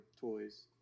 toys